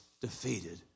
defeated